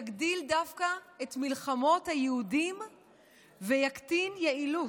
יגדיל דווקא את מלחמות היהודים ויקטין יעילות.